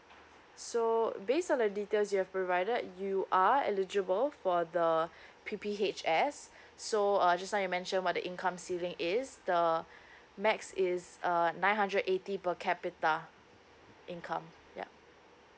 so based on the details you have provided you are eligible for the P_P_H_S so uh just now you mentioned what the income ceiling is the max is uh nine hundred eighty per capita income yup